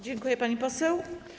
Dziękuję, pani poseł.